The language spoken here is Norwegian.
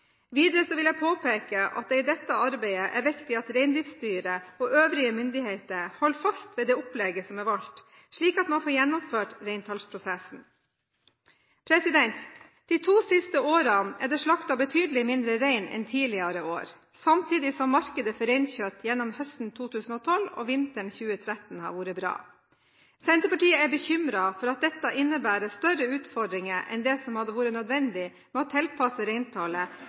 Videre vil jeg påpeke at det i dette arbeidet er viktig at Reindriftsstyret og øvrige myndigheter holder fast ved det opplegget som er valgt, slik at man får gjennomført reintallsprosessen. De to siste årene er det slaktet betydelig færre rein enn tidligere år, samtidig som markedet for reinkjøtt gjennom høsten 2012 og vinteren 2013 har vært bra. Senterpartiet er bekymret for at dette innebærer større utfordringer enn det som hadde vært nødvendig med å tilpasse reintallet,